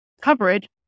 coverage